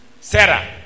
Sarah